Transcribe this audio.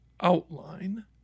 outline